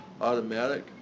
automatic